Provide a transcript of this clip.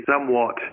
somewhat